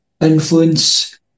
influence